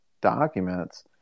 documents